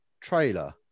trailer